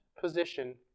position